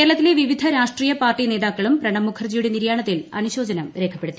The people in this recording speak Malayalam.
കേരളത്തിലെ വിവിധ രാഷ്ട്രീയ പാർട്ടിനേതാക്കളും പ്രണബ്മുഖർജിയുടെ നിര്യാണത്തിൽ അനുശോചനം രേഖപ്പെടുത്തി